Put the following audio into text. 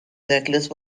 necklace